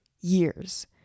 years